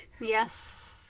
Yes